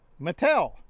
Mattel